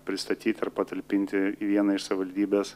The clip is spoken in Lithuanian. pristatyti ir patalpinti į vieną iš savivaldybės